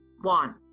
One